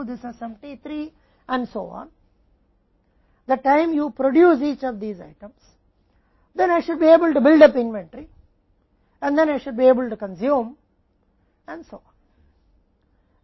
जब आप इनमें से प्रत्येक आइटम का उत्पादन करते हैं तो मुझे इन्वेंट्री बनाने में सक्षम होना चाहिए और फिर मुझे उपभोग करने में सक्षम होना चाहिए और इसी तरह